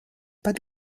pas